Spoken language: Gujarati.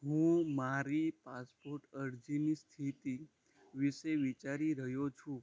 હું મારી પાસપોટ અરજીની સ્થિતિ વિશે વિચારી રહ્યો છું